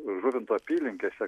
žuvinto apylinkėse